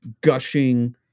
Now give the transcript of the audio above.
gushing